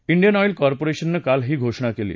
Indian oil कॉर्पोरेशननं काल ही घोषणा केली